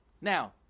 Now